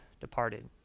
departed